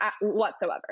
whatsoever